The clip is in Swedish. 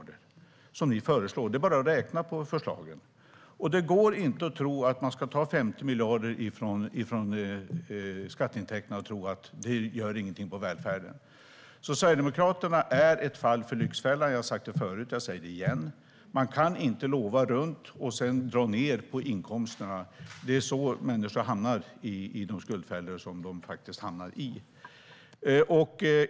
Det är bara att räkna på förslagen. Det går inte att ta 50 miljarder från skatteintäkterna och tro att det inte gör någon skillnad på välfärden. Jag har sagt det förut, och jag säger det igen: Sverigedemokraterna är ett fall för Lyxfällan . Man kan inte lova runt och sedan dra ned på inkomsterna. Det är på det sättet människor hamnar i skuldfällor.